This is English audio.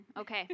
okay